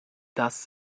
das